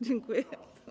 Dziękuję.